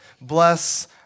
Bless